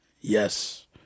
Yes